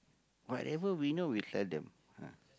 whatever we know we tell them ah